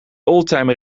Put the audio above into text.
oldtimer